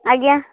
ଆଜ୍ଞା